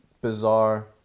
bizarre